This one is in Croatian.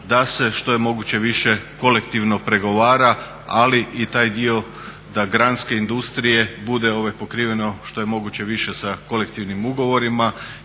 da se što je moguće više kolektivno pregovara. Ali i taj dio da granske industrije bude pokriveno što je moguće više sa kolektivnim ugovorima.